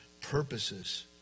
purposes